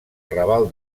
raval